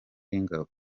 y’ingabo